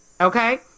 Okay